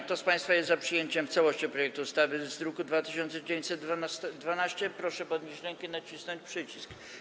Kto z państwa jest za przyjęciem w całości projektu ustawy z druku nr 2912, proszę podnieść rękę i nacisnąć przycisk.